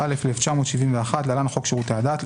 התשל"א-1971 (להלן חוק שירותי הדת),